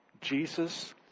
Jesus